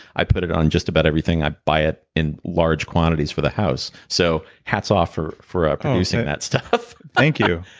i put it on just about everything. i buy it in large quantities for the house. so hat's off for for producing that stuff thank you